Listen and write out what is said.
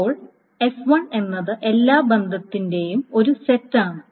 ഇപ്പോൾ S1 എന്നത് എല്ലാ ബന്ധത്തിന്റെയും ഒരു സെറ്റ് ആണ്